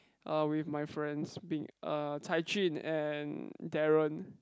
er with my friends be~ er Cai-Jun and Darren